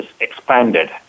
expanded